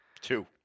Two